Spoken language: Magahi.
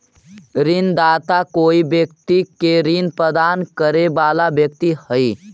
ऋणदाता कोई व्यक्ति के ऋण प्रदान करे वाला व्यक्ति हइ